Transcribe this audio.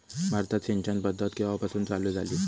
भारतात सिंचन पद्धत केवापासून चालू झाली?